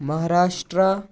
Maharashtra